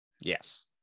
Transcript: Yes